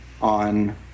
on